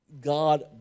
God